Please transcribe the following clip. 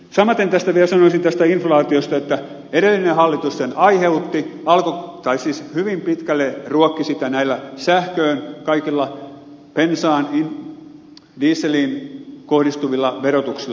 samaten vielä sanoisin tästä inflaatiosta että edellinen hallitus sen aiheutti hyvin pitkälle ruokki sitä näillä kaikilla sähköön bensaan dieseliin kohdistuvilla verotuksilla